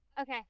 Okay